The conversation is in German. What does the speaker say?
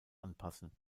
anpassen